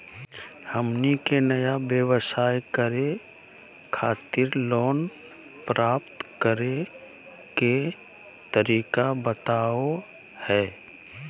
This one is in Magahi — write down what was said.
हमनी के नया व्यवसाय करै खातिर लोन प्राप्त करै के तरीका बताहु हो?